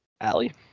Allie